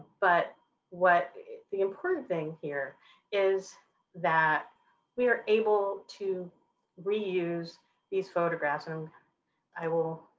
but what the important thing here is that we are able to reuse these photographs and um i will